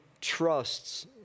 trusts